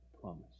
promise